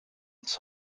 uns